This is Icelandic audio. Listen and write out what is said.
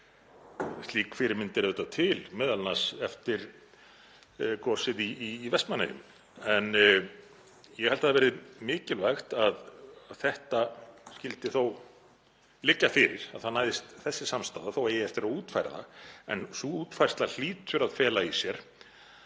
Slík fyrirmyndir eru auðvitað til, m.a. eftir gosið í Vestmannaeyjum, en ég held að það sé mikilvægt að þetta skyldi þó liggja fyrir, að það næðist þessi samstaða þó að það eigi eftir að útfæra það. En sú útfærsla hlýtur að fela í sér